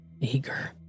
Eager